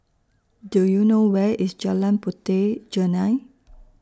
Do YOU know Where IS Jalan Puteh Jerneh